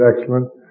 excellent